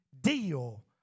deal